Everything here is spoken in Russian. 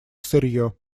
сырье